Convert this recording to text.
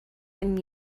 and